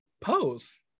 pose